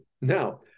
Now